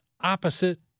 opposite